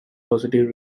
positive